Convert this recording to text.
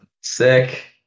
Sick